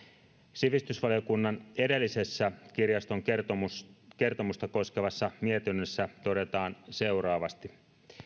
sivistysvaliokunnan edellisessä kirjaston kertomusta kertomusta koskevassa mietinnössä todetaan seuraavasti